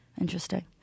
Interesting